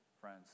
friends